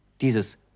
Dieses